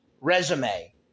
resume